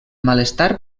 malestar